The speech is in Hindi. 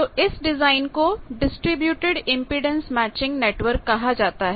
तो इस डिजाइन को डिस्ट्रिब्यूटेड इंपेडेंस मैचिंग नेटवर्क कहा जाता है